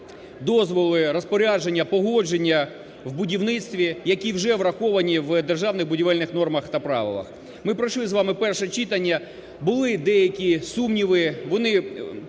дозволи, розпорядження, погодження в будівництві, які вже враховані в державних будівельних нормах та правилах. Ми пройшли з вами перше читання. Були деякі сумніви,